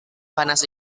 panas